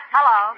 Hello